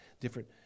different